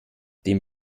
dem